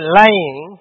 lying